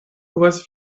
povas